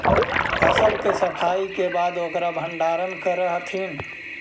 फसल के सफाई के बाद ओकर भण्डारण करऽ हथिन